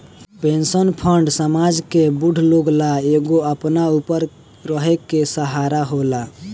pension fund समाज के बूढ़ लोग ला एगो अपना ऊपर रहे के सहारा होला